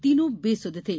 तीनों बेसुध थे